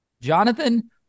Jonathan